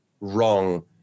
wrong